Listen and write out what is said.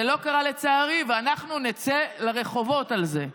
זה לא קרה, לצערי, ואנחנו נצא לרחובות על זה.